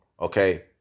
okay